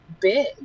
big